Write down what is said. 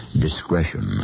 Discretion